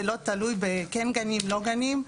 זה לא תלוי בכן גנים לא גנים,